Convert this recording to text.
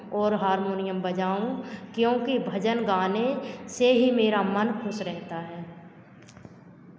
और हारमोनियम बजाऊँ क्योंकि भजन गाने से ही मेरा मन खुश रहता है